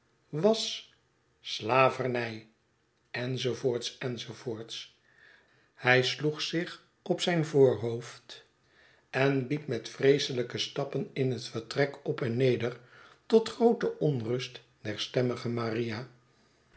was slavermj enz enz h'y sloeg zich op zynvoorhoofd en liep met vreeselijke stappen in het vertrek op en neder tot groote onrust der stemmige maria